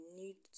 need